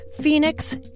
Phoenix